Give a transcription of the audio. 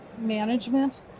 management